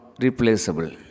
replaceable